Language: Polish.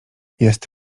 jest